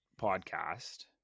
podcast